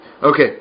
Okay